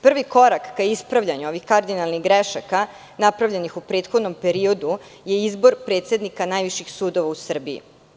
Prvi korak ka ispravljanju ovih kardinalnih grešaka napravljenih u prethodnom periodu je izbor predsednika najviših sudova u Srbiji.